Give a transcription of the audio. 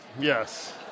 yes